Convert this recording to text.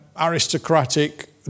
aristocratic